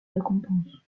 récompenses